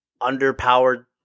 underpowered